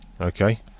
okay